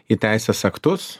į teisės aktus